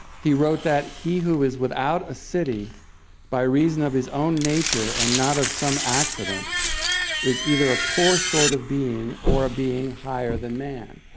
he wrote that, he who is without a city by reason of his own nature and not of some accident is either a poor sort of being or a being higher than man,